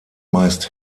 meist